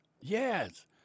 Yes